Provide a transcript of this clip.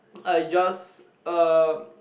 I just um